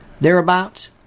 thereabouts